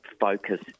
focus